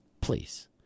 Please